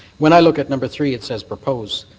when i look at number three, it says propose.